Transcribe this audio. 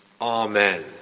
Amen